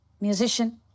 musician